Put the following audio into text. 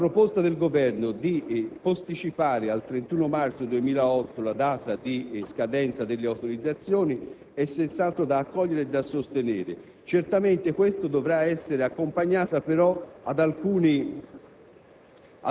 Laproposta del Governo di posticipare al 31 marzo 2008 la data di scadenza delle autorizzazioni è senz'altro da accogliere e da sostenere. Certamente questa dovrà essere accompagnata però da alcuni